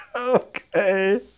okay